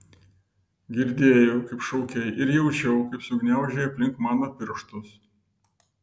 girdėjau kaip šaukei ir jaučiau kaip susigniaužei aplink mano pirštus